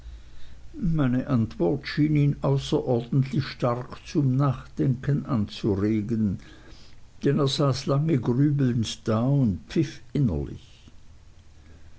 meine antwort schien ihn außerordentlich stark zum nachdenken anzuregen denn er saß lange grübelnd da und pfiff innerlich